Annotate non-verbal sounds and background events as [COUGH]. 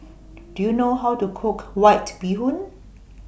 [NOISE] Do YOU know How to Cook White Bee Hoon